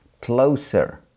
closer